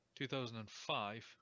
2005